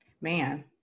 man